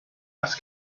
ask